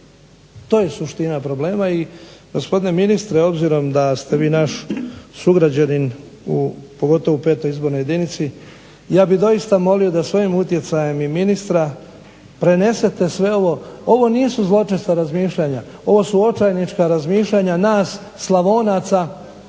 To je suština problema. I gospodine ministre obzirom da ste vi naš sugrađanin pogotovo u 5.izbornoj jedinici ja bih doista molio da svojim utjecajem i ministra prenesete sve ovo. Ovo nisu zločesta razmišljanja, ovo su očajnička razmišljanja nas Slavonaca